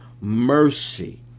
mercy